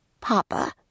Papa